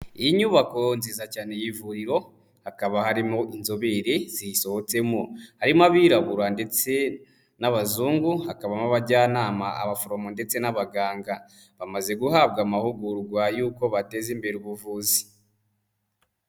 Inyubako nziza cyane y'ivuriro, hakaba harimo inzobere ziyisohotsemo. Harimo abirabura ndetse n'abazungu, hakabamo abajyanama, abaforomo ndetse n'abaganga, bamaze guhabwa amahugurwa y'uko bateza imbere ubuvuzi.